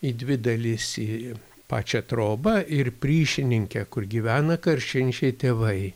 į dvi dalis į pačią trobą ir priešininkę kur gyvena karšinčiai tėvai